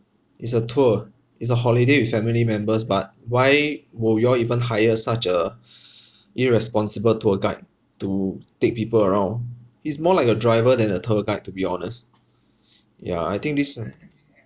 it's a tour it's a holiday with family members but why will you all even hire such a irresponsible tour guide to take people around he's more like a driver than a tour guide to be honest ya I think this [one]